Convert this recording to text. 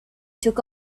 took